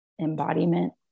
embodiment